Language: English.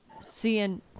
Seeing